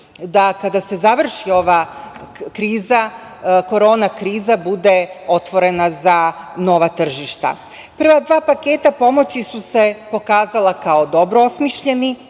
da, kada se završi ova kriza, korona kriza, bude otvorena za nova tržišta. Prva dva paketa pomoći su se pokazala kao dobro osmišljeni,